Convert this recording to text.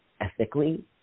ethically